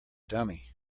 dummy